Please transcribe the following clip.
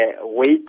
wait